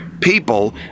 people